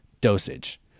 dosage